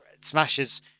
smashes